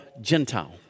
Gentile